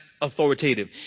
authoritative